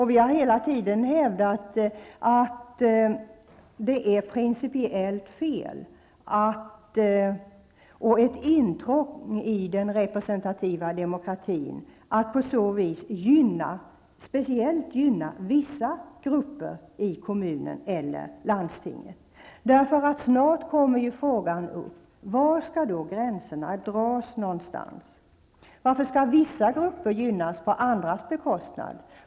Vi har hela tiden hävdat att det är principiellt fel och ett intrång i den representativa demokratin att på så sätt speciellt gynna vissa grupper i kommunen eller landstinget. Snart kommer ju frågorna om var gränserna skall dras och varför vissa grupper skall gynnas på andras bekostnad.